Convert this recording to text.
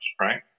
right